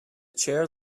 chair